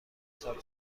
سال